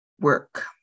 work